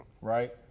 right